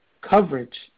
coverage